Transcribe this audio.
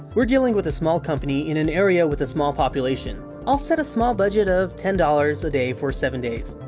we're dealing with a small company in an area with a small population. i'll set a small budget of ten dollars a day for seven days.